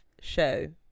show